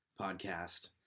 podcast